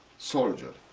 soldier.